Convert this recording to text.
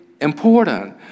important